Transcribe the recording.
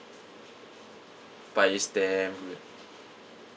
but it's damn good